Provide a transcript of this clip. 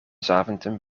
zaventem